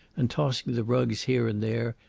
and, tossing the rugs here and there,